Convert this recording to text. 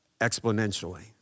exponentially